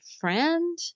friend